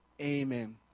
amen